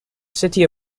city